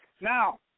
now